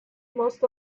most